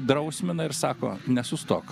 drausmina ir sako nesustok